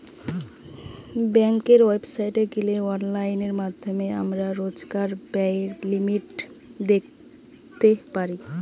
বেংকের ওয়েবসাইটে গিলে অনলাইন মাধ্যমে আমরা রোজকার ব্যায়ের লিমিট দ্যাখতে পারি